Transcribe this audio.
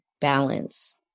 balance